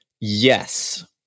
yes